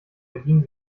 bedienen